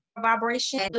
vibration